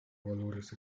valores